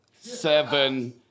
seven